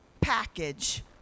package